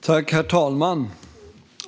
Herr talman!